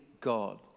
God